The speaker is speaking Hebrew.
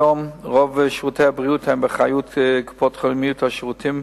היום רוב שירותי הבריאות הם באחריות קופות-החולים ומיעוט השירותים,